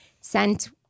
sent